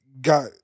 got